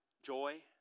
Joy